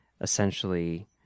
essentially